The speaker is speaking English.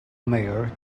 mayor